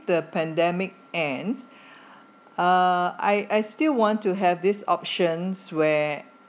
the pandemic ends uh I I still want to have this options where